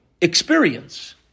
experience